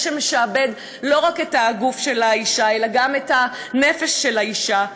זה שמשעבד לא רק את הגוף של האישה אלא גם את הנפש של האישה,